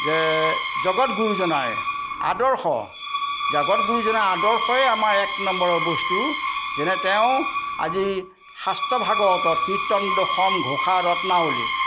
যে জগত গুৰুজনাৰে আদৰ্শ জগত গুৰুজনাৰ আদৰ্শই আমাৰ এক নম্বৰৰ বস্তু যেনে তেওঁ আজি শাস্ত্ৰ ভাগৱতত কীৰ্তন দশম ঘোষা ৰত্নাৱলীত